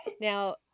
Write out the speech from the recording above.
now